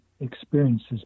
experiences